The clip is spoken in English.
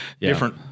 different